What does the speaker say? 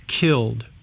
killed